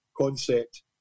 concept